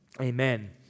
Amen